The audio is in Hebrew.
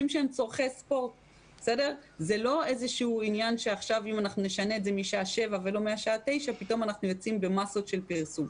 לא עניין שאם נשנה את השעות פתאום אנחנו יוצאים במסות של פרסום.